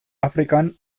afrikan